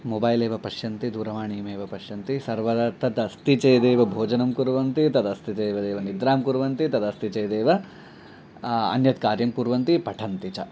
मोबैलेव पश्यन्ति दूरवाणीमेव पश्यन्ति सर्वदा तद् अस्ति चेदेव भोजनं कुर्वन्ति तदस्ति चेदेव निद्रां कुर्वन्ति तदस्ति चेदेव अन्यत् कार्यं कुर्वन्ति पठन्ति च